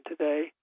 today